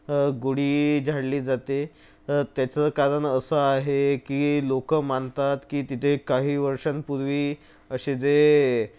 गोळी झाडली जाते तर त्याचं कारण असं आहे की लोकं मानतात की तिथे काही वर्षांपूर्वी असे जे